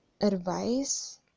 advice